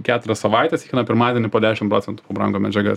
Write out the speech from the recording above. keturias savaites kiekvieną pirmadienį po dešim procentų pabrango medžiaga